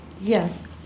Yes